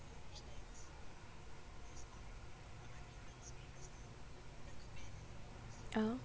oo